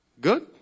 Good